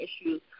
issues